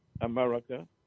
America